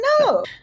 no